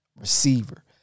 receiver